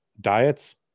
Diets